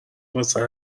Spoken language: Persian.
واسه